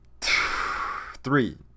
Three